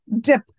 dip